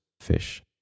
fish